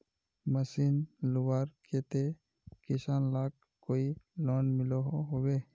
Machine लुबार केते किसान लाक कोई लोन मिलोहो होबे?